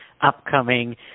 upcoming